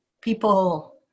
People